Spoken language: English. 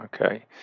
okay